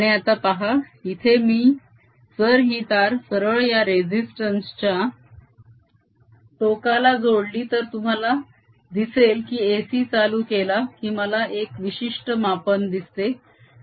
आणि आता पहा इथे मी जर ही तार सरळ या रेसिस्तंस च्या टोकाला जोडली तर तुम्हाला दिसेल की AC चालू केला की मला एक विशिष्ट मापन दिसते